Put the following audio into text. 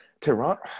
Toronto